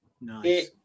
Nice